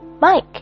Mike